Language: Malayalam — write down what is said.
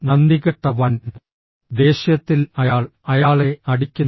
നന്ദികെട്ട വൻ ദേഷ്യത്തിൽ അയാൾ അയാളെ അടിക്കുന്നു